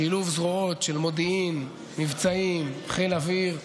שילוב זרועות של מודיעין, מבצעים, חיל אוויר,